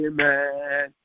Amen